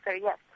yes